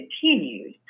continued